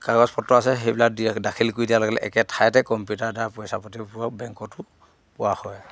কাগজ পত্ৰ আছে সেইবিলাক দিয়া দাখিল কৰি দিয়াৰ লগে লগে একে ঠাইতে কম্পিউটাৰৰ দ্বাৰা পইচা পাতি ওলিওৱা বেংকত পোৱা হয়